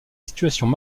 situations